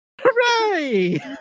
Hooray